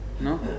No